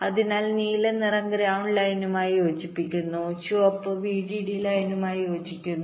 അതിനാൽ നീല നിറം ഗ്രൌണ്ട് ലൈനുമായി യോജിക്കുന്നു ചുവപ്പ് VDD ലൈനുമായി യോജിക്കുന്നു